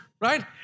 Right